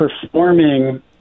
performing